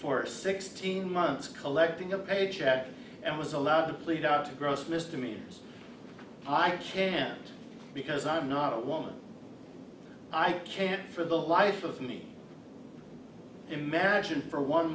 for sixteen months collecting a paycheck and was allowed to plead out to gross misdemeanors i can't because i'm not a woman i can't for the life of me imagine for one